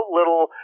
little